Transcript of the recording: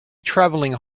travelling